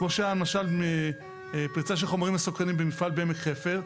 או למשל פריצה של חומרים מסוכנים במפעל בעמק חפר,